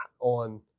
on